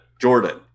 jordan